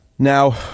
Now